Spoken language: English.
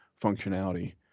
functionality